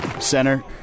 Center